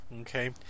okay